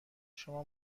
شما